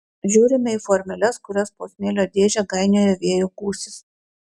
žiūrime į formeles kurias po smėlio dėžę gainioja vėjo gūsis